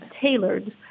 tailored